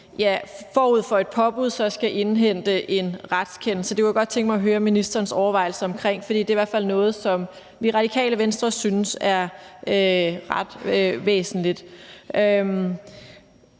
forud for et påbud så skal indhente en retskendelse. Det kunne jeg godt tænke mig at høre ministerens overvejelse omkring, for det er i hvert fald noget, som vi i Radikale Venstre synes er ret væsentligt.